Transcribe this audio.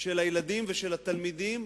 של הילדים ושל התלמידים,